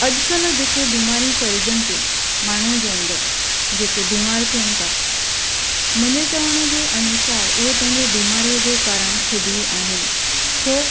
अॼुकल्ह जेकी बीमारियूं फैलजनि थियूं माण्हू जे अंदरि जेके बीमार थियनि तव्हां मुंहिंजे चवण जे अनुसार उहे पंहिंजे बीमारीअ जो कारण ख़ुदि ई आहिनि छो